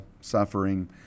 suffering